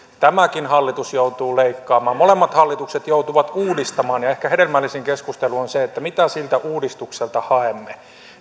tämäkin hallitus joutuu leikkaamaan molemmat hallitukset joutuvat uudistamaan ja ehkä hedelmällisin keskustelu on se että mitä siltä uudistukselta haemme